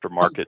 aftermarket